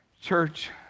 Church